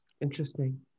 Interesting